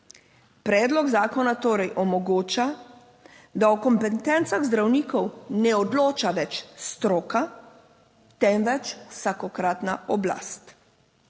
Predlog zakona torej omogoča, da o kompetencah zdravnikov ne odloča več stroka, temveč vsakokratna oblast.